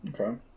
Okay